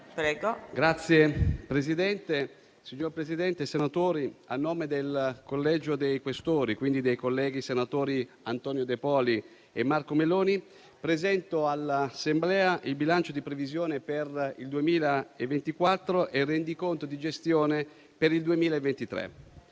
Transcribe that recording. *senatore Questore*. Signor Presidente, senatori, a nome del Collegio dei Questori, quindi anche dei colleghi senatori Antonio De Poli e Marco Meloni, presento all'Assemblea il bilancio di previsione per il 2024 e il rendiconto di gestione per il 2023.